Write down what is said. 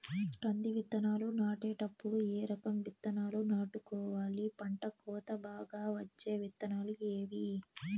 కంది విత్తనాలు నాటేటప్పుడు ఏ రకం విత్తనాలు నాటుకోవాలి, పంట కోత బాగా వచ్చే విత్తనాలు ఏవీ?